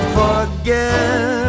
forget